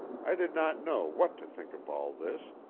i did not know what to think of all this,